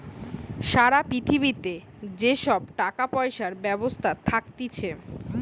সারা পৃথিবীতে যে সব টাকা পয়সার ব্যবস্থা থাকতিছে